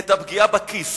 את הפגיעה בכיס